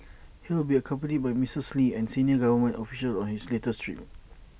he will be accompanied by Mrs lee and senior government officials on his latest trip